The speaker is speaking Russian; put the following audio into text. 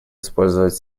использовать